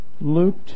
Luke